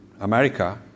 America